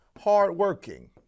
hardworking